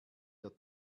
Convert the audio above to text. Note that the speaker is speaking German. der